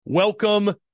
Welcome